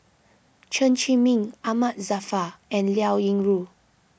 Chen Zhiming Ahmad Jaafar and Liao Yingru